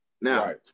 Now